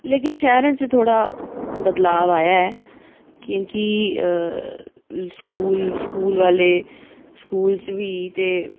लेकिन शैह्रें च थोह्ड़ा बदलाव आया ऐ क्योंकि स्कूल स्कूल वाले स्कूल च बी ते